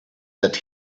that